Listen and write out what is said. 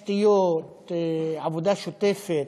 תשתיות, עבודה שוטפת.